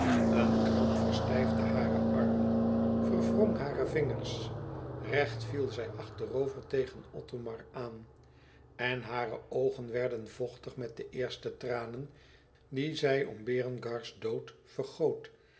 een kramp verstijfde hare armen verwrong hare vingers recht viel zij achterover tegen othomar aan en hare oogen werden vochtig met de eerste tranen die zij om berengars dood vergoot